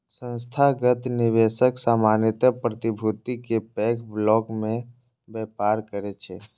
संस्थागत निवेशक सामान्यतः प्रतिभूति के पैघ ब्लॉक मे व्यापार करै छै